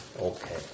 Okay